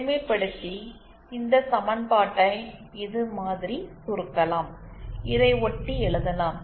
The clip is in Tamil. எளிமைப்படுத்தி இந்த சமன்பாட்டை இதுமாதிரி சுருக்கலாம் இதையொட்டி எழுதலாம்